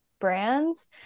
brands